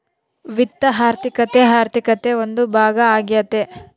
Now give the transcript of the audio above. ವಿತ್ತ ಆರ್ಥಿಕತೆ ಆರ್ಥಿಕತೆ ಒಂದು ಭಾಗ ಆಗ್ಯತೆ